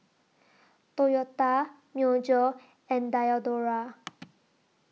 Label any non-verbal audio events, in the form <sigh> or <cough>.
Toyota Myojo and Diadora <noise>